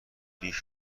ریش